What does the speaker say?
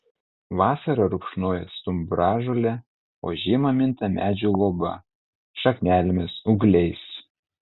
vasarą rupšnoja stumbražolę o žiemą minta medžių luoba šaknelėmis ūgliais